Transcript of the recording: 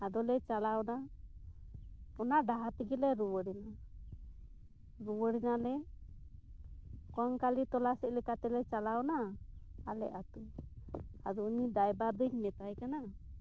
ᱟᱫᱚᱞᱮ ᱪᱟᱞᱟᱣ ᱮᱱᱟ ᱚᱱᱟ ᱰᱟᱦᱟᱨ ᱛᱮᱜᱮᱞᱮ ᱨᱩᱣᱟᱹᱲ ᱮᱱᱟ ᱨᱩᱣᱟᱹᱲ ᱮᱱᱟᱞᱮ ᱠᱚᱝᱠᱟᱞᱤ ᱛᱚᱞᱟ ᱥᱮᱫ ᱞᱮᱠᱟ ᱛᱮᱞᱮ ᱪᱟᱞᱟᱣ ᱮᱱᱟ ᱟᱞᱮ ᱟᱛᱳ ᱟᱰᱚ ᱩᱱᱤ ᱰᱟᱭᱵᱟᱨ ᱫᱩᱧ ᱢᱮᱛᱟᱭ ᱠᱟᱱᱟ